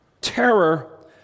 Terror